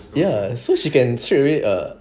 ya she can straightaway err